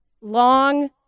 long